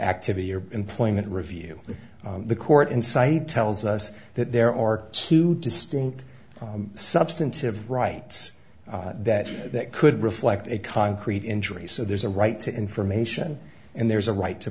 activity or employment review the court inside tells us that there are two distinct substantive rights that that could reflect a concrete injury so there's a right to information and there's a right to